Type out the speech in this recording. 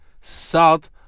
salt